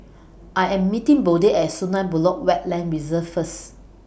I Am meeting Bode At Sungei Buloh Wetland Reserve First